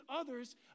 others